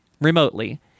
remotely